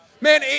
Man